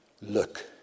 look